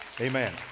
Amen